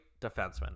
defenseman